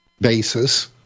basis